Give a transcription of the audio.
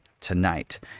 tonight